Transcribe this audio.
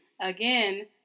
Again